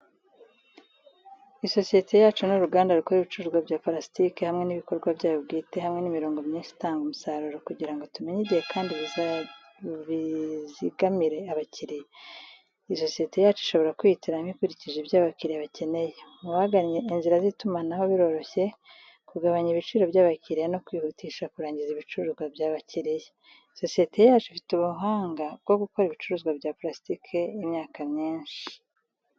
Isosiyete yacu ni uruganda rukora ibicuruzwa bya purasitike hamwe n’ibikorwa byayo bwite hamwe n’imirongo myinshi itanga umusaruro kugira ngo tumenye igihe kandi bizigamire abakiriya. Isosiyete yacu ishobora kwihitiramo ikurikije ibyo abakiriya bakeneye. Mubagannye inzira z'itumanaho biroroshye, kugabanya ibiciro by'abakiriya, no kwihutisha kurangiza ibicuruzwa byabakiriya. Isosiyete yacu ifite ubuhanga bwo gukora ibicuruzwa bya pulasitike imyaka myinshi.